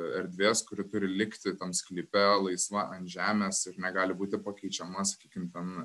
erdvės kuri turi likti tam sklype laisvam ant žemės ir negali būti pakeičiama sakykim ten